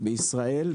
בישראל,